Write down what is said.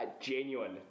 Genuine